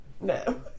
no